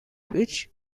which